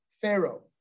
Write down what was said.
Pharaoh